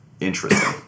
Interesting